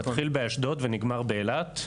מתחיל באשדוד ונגמר באילת.